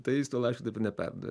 tai jis to laiško taip ir neperdavė